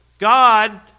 God